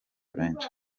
benshi